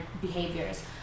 behaviors